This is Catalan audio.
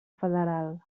federal